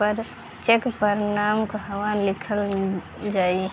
Check पर नाम कहवा लिखल जाइ?